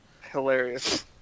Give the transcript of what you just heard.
Hilarious